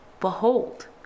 behold